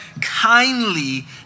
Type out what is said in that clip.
kindly